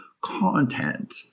content